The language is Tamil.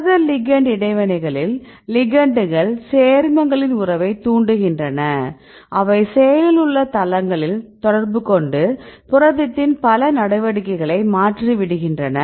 புரத லிகெண்ட் இடைவினைகளில் லிகெண்ட்கள் சேர்மங்களின் உறவைத் தூண்டுகின்றன அவை செயலில் உள்ள தளங்களில் தொடர்புகொண்டு புரதத்தின் பல நடவடிக்கைகளை மாற்றிவிடுகின்றன